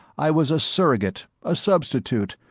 i was a surrogate, a substitute,